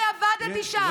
אני עבדתי שם.